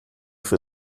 für